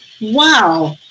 Wow